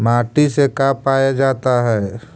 माटी से का पाया जाता है?